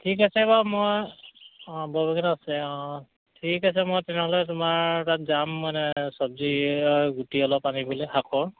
ঠিক আছে বাৰু মই অঁ বৰ আছে অঁ ঠিক আছে মই তেনেহ'লে তোমাৰ তাত যাম মানে চব্জি গুটি অলপ আনিবলৈ শাকৰ